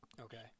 Okay